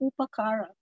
upakara